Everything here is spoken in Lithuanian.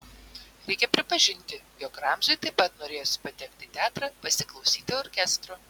reikia pripažinti jog ramziui taip pat norėjosi patekti į teatrą pasiklausyti orkestro